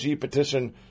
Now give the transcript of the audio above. petition